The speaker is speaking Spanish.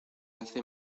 hace